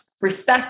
respect